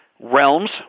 realms